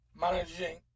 managing